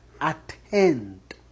attend